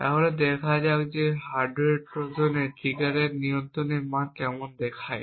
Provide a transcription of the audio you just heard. তাহলে এখন দেখা যাক হার্ডওয়্যার ট্রোজানে ট্রিগারের নিয়ন্ত্রণের মান কেমন দেখায়